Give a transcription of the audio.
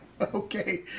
Okay